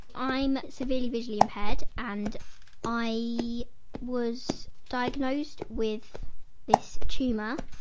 i'm severely visually impaired and i was diagnosed with this tumour,